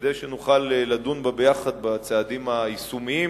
כדי שנוכל לדון בה ביחד בצעדים היישומיים